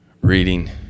Reading